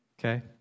okay